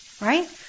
Right